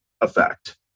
effect